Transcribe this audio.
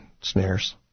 snares